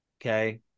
okay